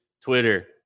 Twitter